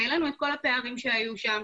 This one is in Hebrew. בבתי החייל והעלינו את כל הפערים שהיו שם,